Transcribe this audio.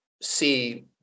see